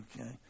Okay